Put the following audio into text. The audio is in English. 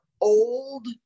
old